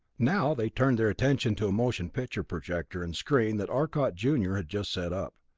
now they turned their attention to a motion picture projector and screen that arcot junior had just set up.